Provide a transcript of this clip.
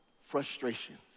frustrations